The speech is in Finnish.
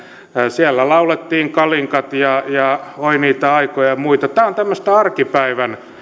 siellä laulettiin kalinkat ja ja oi niitä aikoja ja muita tämä on tämmöistä arkipäivän